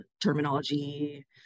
terminology